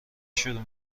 شروع